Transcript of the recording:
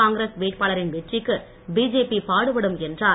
காங்கிரஸ் வேட்பாளரின் வெற்றிக்கு பிஜேபி பாடுபடும் என்றார்